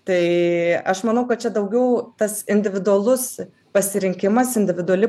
tai aš manau kad čia daugiau tas individualus pasirinkimas individuali